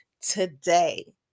today